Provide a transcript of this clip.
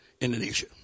Indonesia